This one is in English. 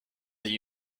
the